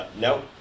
No